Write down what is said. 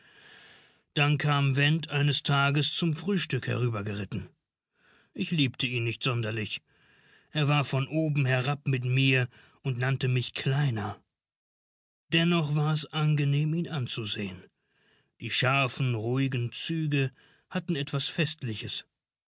dann kam went eines tages zum frühstück herübergeritten ich liebte ihn nicht sonderlich er war von oben herab mit mir und nannte mich kleiner dennoch war es angenehm ihn anzusehen die scharfen ruhigen züge hatten etwas festliches